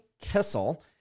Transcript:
Kissel